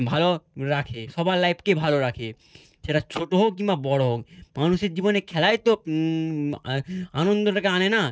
ভালো রাখে সবার লাইফকেই ভালো রাখে সেটা ছোটো হোক কিংবা বড় হোক মানুষের জীবনে খেলাই তো আনন্দটাকে আনে না